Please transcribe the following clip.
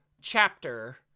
chapter